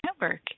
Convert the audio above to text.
Network